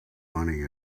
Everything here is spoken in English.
money